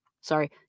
Sorry